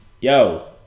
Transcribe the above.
yo